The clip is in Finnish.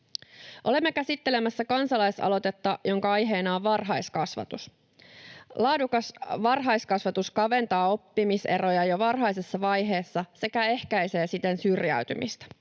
Olemme käsittelemässä kansalaisaloitetta, jonka aiheena on varhaiskasvatus. Laadukas varhaiskasvatus kaventaa oppimiseroja jo varhaisessa vaiheessa sekä ehkäisee siten syrjäytymistä.